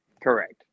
Correct